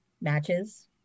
matches